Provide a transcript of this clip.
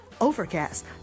overcast